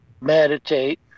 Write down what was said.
meditate